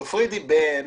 תפרידי בין